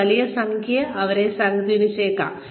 ഒരു വലിയ സംഖ്യ അവരെ സ്വാധീനിച്ചേക്കാം